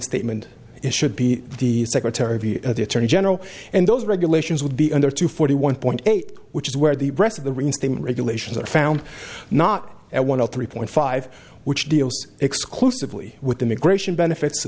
reinstatement it should be the secretary of the attorney general and those regulations would be under two forty one point eight which is where the rest of the reinstatement regulations are found not at one of three point five which deals exclusively with immigration benefits